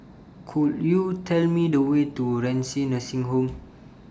Could YOU Tell Me The Way to Renci Nursing Home